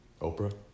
Oprah